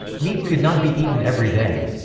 meat could not be eaten every day.